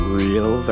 real